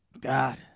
God